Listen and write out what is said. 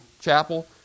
chapel